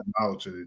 knowledge